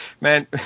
man